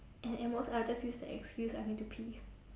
at at most I'll just use the excuse I need to pee